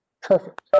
perfect